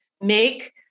make